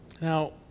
Now